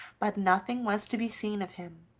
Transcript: but nothing was to be seen of him.